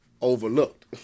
overlooked